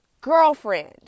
girlfriend